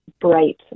bright